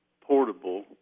Portable